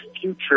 future